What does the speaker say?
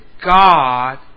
God